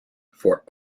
for